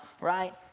right